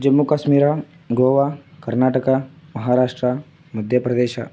Jammu Kashmir Goa Karnataka Maharashtra Madhya Pradesh